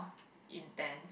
intends